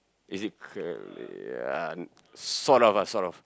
is it uh sort of ah sort of